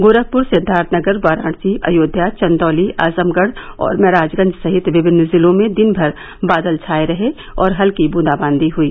गोरखपूर सिद्वार्थनगर वाराणसी अयोध्या चंदौली आजमगढ़ और महराजगंज सहित विभिन्न जिलों में दिन भर बादल छाए रहे और हल्की बुंदाबांदी हई